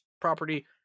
property